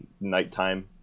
nighttime